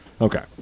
Okay